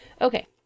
Okay